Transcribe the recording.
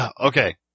Okay